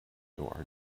our